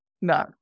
No